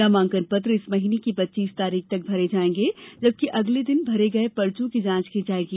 नामांकन पत्र इस महीने की पच्चीस तारीख तक भरे जाएंगे जबकि अगले दिन भरे गए पर्चो की जांच की जाएगी